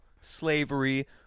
Slavery